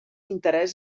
interès